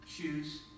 shoes